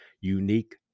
unique